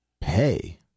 Pay